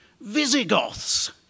Visigoths